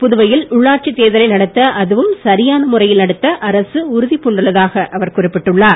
புதுவையில் உள்ளாட்சித் தேர்தலை நடத்த அதுவும் சரியான முறையில் நடத்த அரசு உறுதி பூண்டுள்ளதாக அவர் குறிப்பிட்டார்